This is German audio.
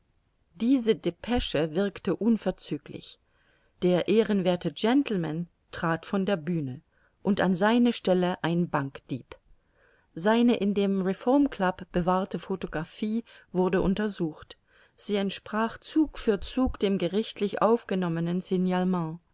diese depesche wirkte unverzüglich der ehren werthe gentleman trat von der bühne und an seine stelle ein bankdieb seine in dem reformclub bewahrte photographie wurde untersucht sie entsprach zug für zug dem gerichtlich aufgenommenen